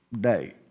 day